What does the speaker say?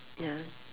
ya